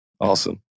Awesome